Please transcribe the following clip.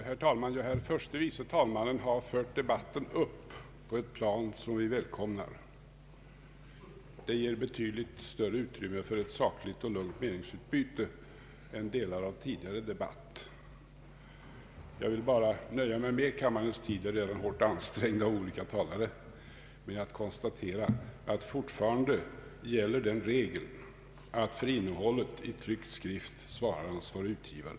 Herr talman! Herr förste vice talmannen har fört debatten upp på ett plan som vi välkomnar. Det ger betydligt större utrymme för ett sakligt och lugnt meningsutbyte än delar av tidigare debatt. Jag vill nöja mig med — kammarens tid är redan hårt ansträngd av olika talare — att konstatera att den regeln fortfarande gäller att för inne